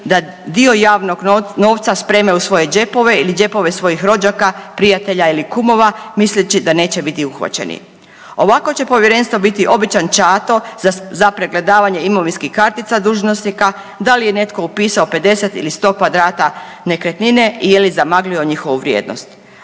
da dio javnog novca spreme u svoje džepove ili džepove svojih rođaka, prijatelja ili kumova misleći da neće biti uhvaćeni. Ovako će povjerenstvo biti običan „čato“ za pregledavanje imovinskih kartica dužnosnika, da li je netko upisao 50 ili 100 kvadrata nekretnine ili je zamaglio njihovu vrijednost.